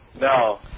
No